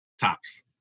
tops